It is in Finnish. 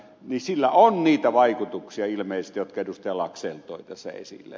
sillä on niitä vaikutuksia ilmeisesti jotka ed